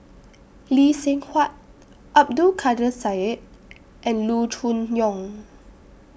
Lee Seng Huat Abdul Kadir Syed and Loo Choon Yong